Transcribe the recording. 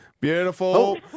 Beautiful